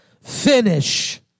finish